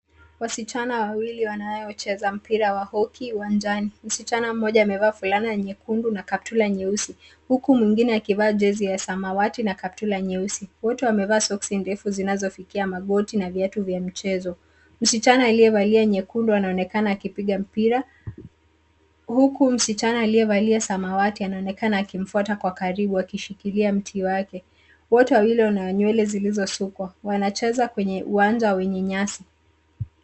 Wasichana wawili wanaocheza mpira wa hoki uwanjani. Msichana mmoja amevaa fulana nyekundu na kaptura nyeusi, huku mwingine akivaa jezi ya samawati na kaptura nyeusi. Wote wamevalia soksi ndefu zinazofikia magoti na viatu vya mchezo. Msichana aliyevalia nyekundu anaonekana akipiga mpira, huku msichana aliyevalia samawati anaonekana akimfuata kwa karibu akishikilia mti wake. Wote wawili wana nywele zilizo sukwa wanacheza kwenye uwanja wenye nyasi.